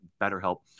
BetterHelp